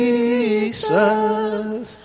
Jesus